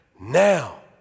now